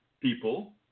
people